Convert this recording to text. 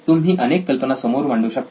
तुम्ही अनेक कल्पना समोर मांडू शकता